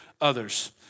others